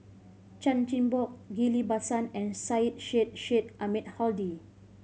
Chan Chin Bock Ghillie Basan and Syed Sheikh Sheikh Ahmad Hadi